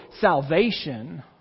salvation